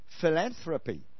Philanthropy